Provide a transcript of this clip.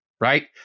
right